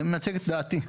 אני מייצג את דעתי.